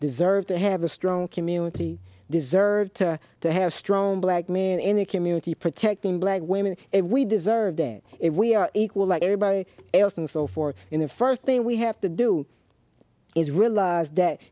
deserve to have a strong community deserve to have strong black man in a community protecting black women if we deserve that if we are equal like everybody else and so for in the first thing we have to do is realize that